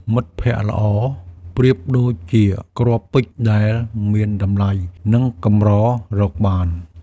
មិត្តភក្តិល្អប្រៀបដូចជាគ្រាប់ពេជ្រ ដែលមានតម្លៃ និងកម្ររកបាន។